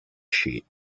sheet